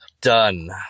Done